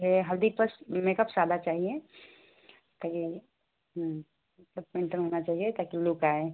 है हल्दी पस मेकप सादा चाहिए कहिए मतलब होना चाहिए ताकी लोग आए